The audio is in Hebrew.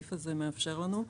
שהסעיף הזה מאפשר לנו.